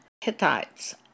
Hittites